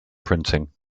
printing